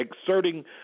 exerting